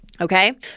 okay